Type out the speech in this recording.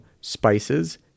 spices